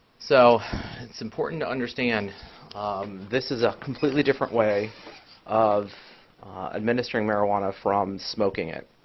so it's important to understand this is a completely different way of administering marijuana from smoking it.